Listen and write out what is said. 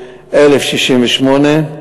1,068,